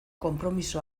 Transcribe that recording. konpromiso